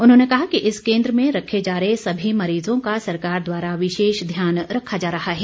उन्होंने कहा कि इस केंद्र में रखे जा रहे सभी मरीजों का सरकार द्वारा विशेष ध्यान रखा जा रहा है